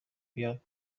بیاد